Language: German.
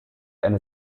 eine